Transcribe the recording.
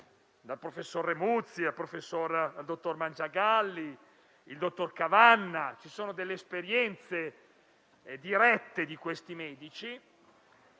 dal professore Remuzzi, al dottor Mangiagalli, al dottor Cavanna. Ci sono esperienze dirette di questi medici